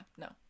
no